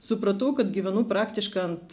supratau kad gyvenu praktiškai ant